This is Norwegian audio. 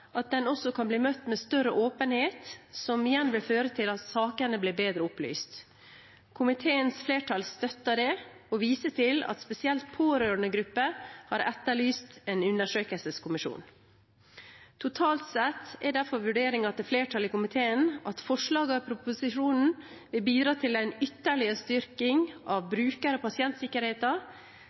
at den også kan bli møtt med større åpenhet, som igjen vil føre til at sakene blir bedre opplyst. Komiteens flertall støtter det og viser til at spesielt pårørendegrupper har etterlyst en undersøkelseskommisjon. Totalt sett er derfor vurderingen til flertallet i komiteen at forslagene i proposisjonen vil bidra til en ytterligere styrking av bruker- og pasientsikkerheten,